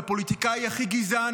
לפוליטיקאי הכי גזען,